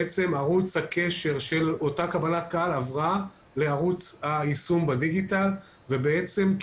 בעצם ערוץ הקשר של אותה קבלת קהל עבר לערוץ היישום בדיגיטלי והתחלנו